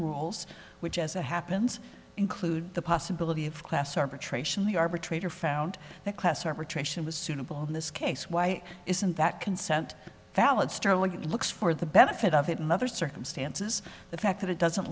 rules which as it happens include the possibility of class arbitration the arbitrator found that class arbitration was suitable in this case why isn't that consent valid starlink it looks for the benefit of it in other circumstances the fact that it doesn't